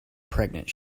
pregnant